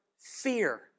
fear